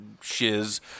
shiz